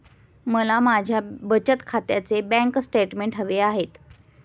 मला माझ्या बचत खात्याचे बँक स्टेटमेंट्स हवे आहेत